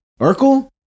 Urkel